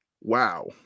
wow